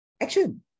action